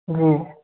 जी